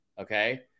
Okay